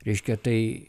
reiškia tai